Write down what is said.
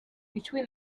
between